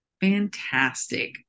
Fantastic